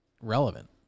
relevant